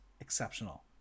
exceptional